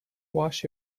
wash